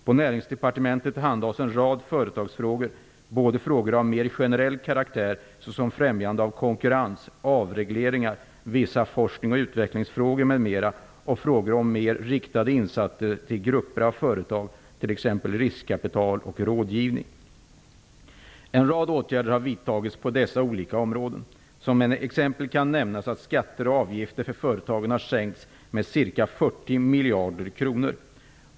På Näringsdepartementet handhas en rad företagsfrågor -- både frågor av mer generell karaktär såsom främjande av konkurrens, avregleringar, vissa FoU-frågor och frågor om mer riktade insatser till grupper av företag, t.ex. En rad åtgärder har vidtagits på dessa olika områden. Som exempel kan nämnas att skatter och avgifter för företagen har sänkts med ca 40 miljarder kronor.